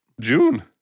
June